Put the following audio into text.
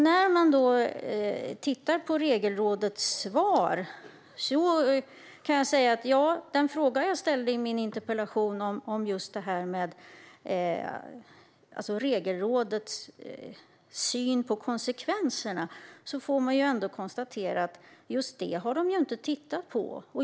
När det gäller Regelrådets svar och syn på konsekvenserna kan jag konstatera att just den fråga som jag ställde i min interpellation har de inte tittat på.